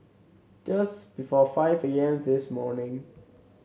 just before five A M this morning